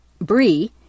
brie